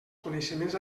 coneixements